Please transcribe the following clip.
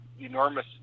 enormous